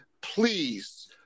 please